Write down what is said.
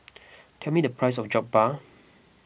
tell me the price of Jokbal